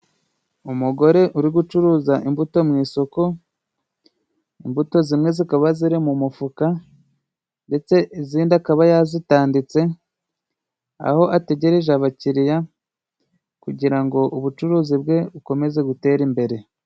Umugore uri gucuruza imbuto mu isoko, imbuto zimwe zikaba ziri mu mufuka, ndetse izindi akaba yazitanditse aho ategereje abakiriya, kugira ngo ubucuruzi bwe bukomeze butere imbere.